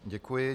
Děkuji.